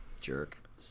Jerk